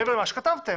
מעבר למה שכתבתם?